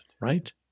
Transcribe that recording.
right